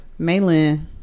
Maylin